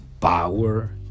power